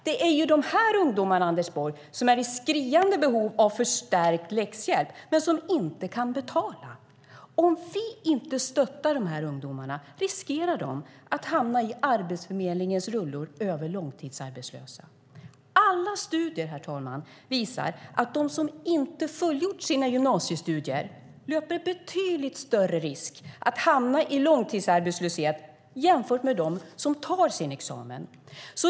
Det är de här ungdomarna som är i skriande behov av förstärkt läxhjälp men som inte kan betala för den, Anders Borg. Om vi inte stöttar de här ungdomarna riskerar de att hamna i Arbetsförmedlingens rullor över långtidsarbetslösa. Herr talman! Alla studier visar att de som inte fullgjort sina gymnasiestudier löper betydligt större risk att hamna i långtidsarbetslöshet än de som tar sin examen.